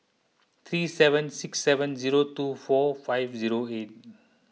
three seven six seven zero two four five zero eight